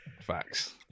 Facts